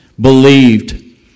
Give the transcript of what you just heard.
believed